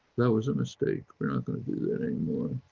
that was a mistake. we're not going to do that anymore.